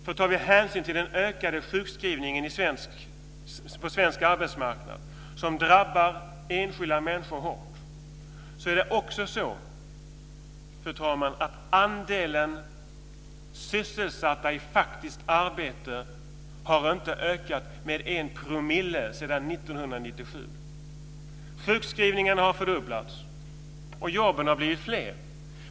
Om vi tar hänsyn till de ökade sjukskrivningarna på svensk arbetsmarknad som drabbar enskilda människor hårt så har andelen sysselsatta i faktiskt arbete inte ökat med en promille sedan 1997. Sjukskrivningarna har fördubblats, och jobben har blivit fler.